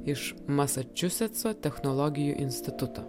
iš masačusetso technologijų instituto